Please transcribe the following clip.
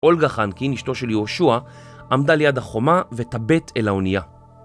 אולגה חנקין, אשתו של יהושע, עמדה ליד החומה ותבט אל האונייה.